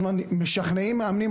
הזמן משכנעים מאמנים,